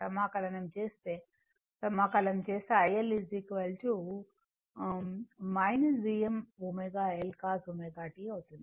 సమాకలనం చేస్తే సమాకలనం చేస్తే iL Vm ω L cos ω t అవుతుంది